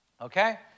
okay